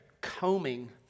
combing